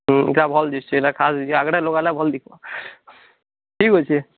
ହୁଁ ଏଇଟା ଭଲ୍ ଦିଶୁଛି ଏଇଟା ଖାସ୍ ଯଦି ଆଗଟା ଲଗାଲେ ଭଲ୍ ଦିଶିବ ଠିକ୍ ଅଛି